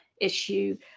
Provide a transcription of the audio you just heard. issue